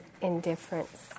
indifference